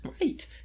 Right